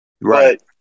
right